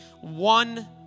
one